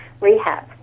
rehab